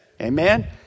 Amen